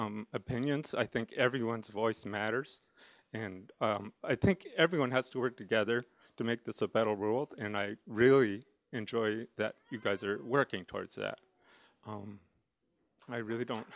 e opinions i think everyone's voice matters and i think everyone has to work together to make this a battle ruled and i really enjoy that you guys are working towards that and i really don't